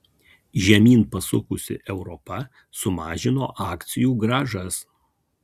žemyn pasukusi europa sumažino akcijų grąžas